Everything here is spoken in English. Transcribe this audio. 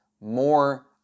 more